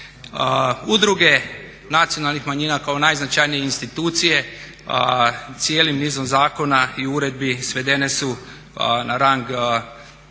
Udruge nacionalnih manjina kao najznačanije institucije cijelim nizom zakona i uredbi svedene su na rang ribičkih